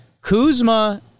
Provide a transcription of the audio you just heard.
Kuzma